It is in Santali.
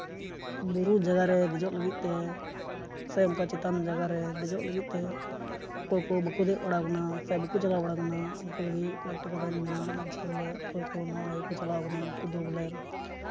ᱵᱩᱨᱩ ᱡᱟᱭᱜᱟ ᱨᱮ ᱫᱮᱡᱚᱜ ᱞᱟᱹᱜᱤᱫᱛᱮ ᱥᱮ ᱚᱱᱠᱟ ᱪᱮᱛᱟᱱ ᱡᱟᱭᱜᱟ ᱨᱮ ᱫᱮᱡᱚᱜ ᱞᱟᱹᱜᱤᱫᱛᱮ ᱚᱠᱚᱭ ᱠᱚ ᱵᱟᱠᱚ ᱫᱮᱡ ᱵᱟᱲᱟᱣ ᱠᱟᱱᱟ ᱥᱮ ᱵᱟᱠᱚ ᱪᱟᱞᱟᱣ ᱵᱟᱲᱟᱣ ᱠᱟᱱᱟ ᱩᱱᱠᱩ ᱞᱟᱹᱜᱤᱫ ᱠᱚᱭᱮᱠᱴᱤ ᱠᱟᱛᱷᱟᱧ ᱢᱮᱱᱟ ᱡᱮ ᱵᱚᱞᱮ ᱚᱠᱚᱭ ᱠᱚ ᱱᱟᱣᱟ ᱜᱮᱠᱚ ᱪᱟᱞᱟᱣ ᱠᱟᱱᱟ ᱩᱱᱠᱩ ᱫᱚ ᱵᱚᱞᱮ